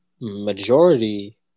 majority